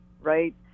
right